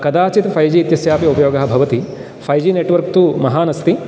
कदाचित् five G इत्यस्यापि उपयोगः भवति फ़ाय् जि नेट्वर्क् तु महान् अस्ति